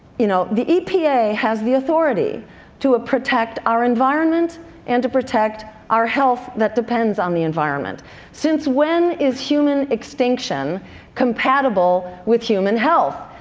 you know the epa has the authority to ah protect our environment and to protect our health that depends on the environment since when is human extinction compatible with human health?